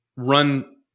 Run